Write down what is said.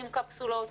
עם קפסולות,